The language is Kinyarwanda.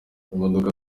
imodoka